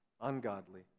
Ungodly